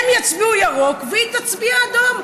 הם יצביעו ירוק והיא תצביע אדום,